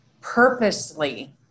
purposely